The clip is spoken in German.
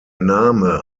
name